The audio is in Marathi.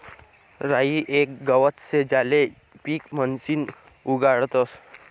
राई येक गवत शे ज्याले पीक म्हणीसन उगाडतस